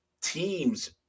teams